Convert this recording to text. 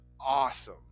awesome